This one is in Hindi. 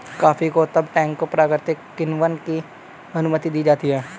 कॉफी को तब टैंकों प्राकृतिक किण्वन की अनुमति दी जाती है